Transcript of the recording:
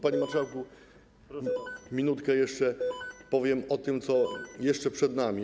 Panie marszałku, minutkę jeszcze, powiem o tym, co jeszcze przed nami.